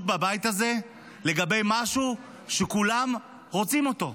בבית הזה לגבי משהו שכולם רוצים אותו.